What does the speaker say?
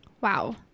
Wow